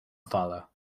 follow